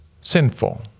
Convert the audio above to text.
sinful